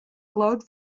glowed